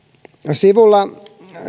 sivulla